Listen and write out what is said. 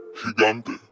gigante